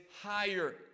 higher